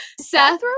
Seth